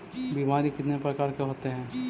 बीमारी कितने प्रकार के होते हैं?